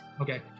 Okay